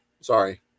Sorry